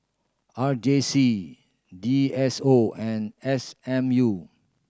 R J C D S O and S M U